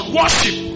worship